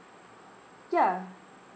ya